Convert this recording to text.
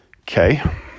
Okay